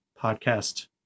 podcast